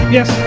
Yes